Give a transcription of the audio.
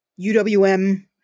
UWM